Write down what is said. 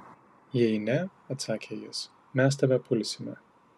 jei ne atsakė jis mes tave pulsime